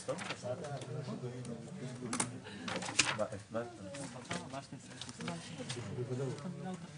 המענקים הביטחוניים עומדים מזה כמה שנים על 34.5 מיליון שקלים